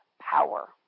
power